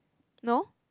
no